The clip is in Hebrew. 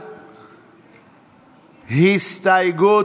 ישראל כץ,